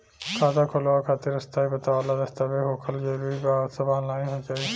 खाता खोलवावे खातिर स्थायी पता वाला दस्तावेज़ होखल जरूरी बा आ सब ऑनलाइन हो जाई?